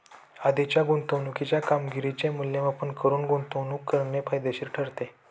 आधीच्या गुंतवणुकीच्या कामगिरीचे मूल्यमापन करून गुंतवणूक करणे फायदेशीर ठरते